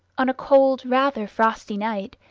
on a cold rather frosty night,